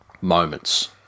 moments